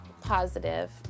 positive